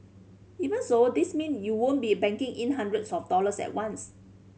even so this mean you won't be banking in hundreds of dollars at once